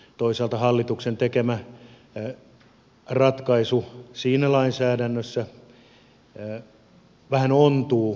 toisaalta hallituksen tekemä ratkaisu siinä lainsäädännössä vähän ontuu